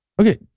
Okay